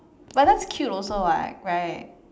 but that's cute also what right